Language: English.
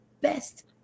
best